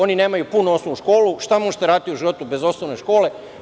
Oni nemaju punu osnovnu školu, a šta možete u životu raditi bez osnovne škole?